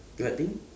what thing